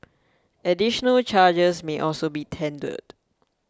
additional charges may also be tendered